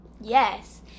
Yes